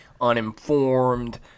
uninformed